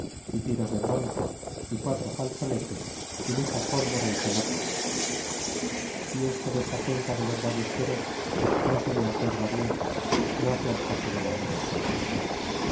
tiros de bronce y quatro falconetes y mucha pólvora y pelotas y esto desta cuenta de los ballesteros no se me acuerda bien no hace al caso de la relacion